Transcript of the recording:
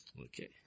Okay